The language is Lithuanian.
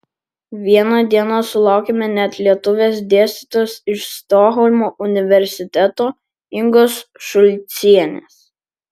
vieną dieną sulaukėme net lietuvės dėstytojos iš stokholmo universiteto ingos šulcienės